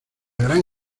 gran